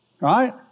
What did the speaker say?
Right